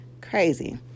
crazy